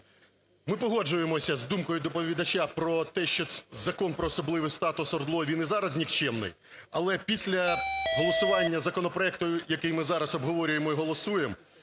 Ми погоджуємося з думкою доповідача про те, що Закон про особливий статус ОРДЛО він і зараз нікчемний, але після голосування законопроекту, який ми зараз обговорюємо і голосуємо,